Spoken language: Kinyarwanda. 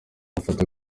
mafoto